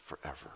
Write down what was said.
forever